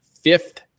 fifth